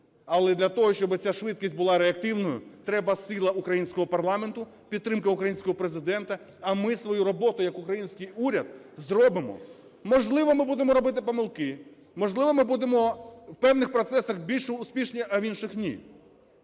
але для того, щоби ця швидкість була реактивною, треба сила українського парламенту, підтримка українського Президента, а ми свою роботу як український уряд зробимо. Можливо, ми будемо робити помилки, можливо, ми будемо в певних процесах більш успішні, а в інших – ні,